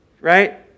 right